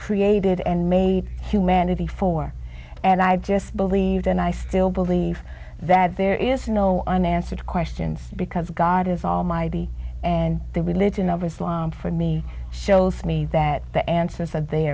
created and made humanity for and i just believed and i still believe that there is no unanswered questions because god is almighty and the religion of islam for me shows me that the answer is that